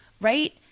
right